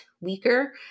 weaker